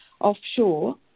offshore